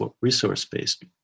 resource-based